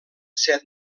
set